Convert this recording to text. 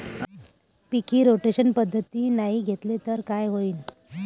पीक rotation पद्धतीनं नाही घेतलं तर काय होईन?